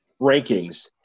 rankings